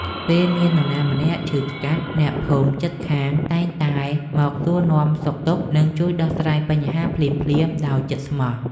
ពេលមាននរណាម្នាក់ឈឺថ្កាត់អ្នកភូមិជិតខាងតែងតែមកសួរនាំសុខទុក្ខ និងជួយដោះស្រាយបញ្ហាភ្លាមៗដោយចិត្តស្មោះ។